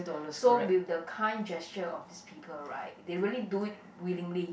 so with the kind gesture of these people right they really do it willingly